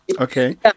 Okay